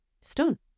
Stun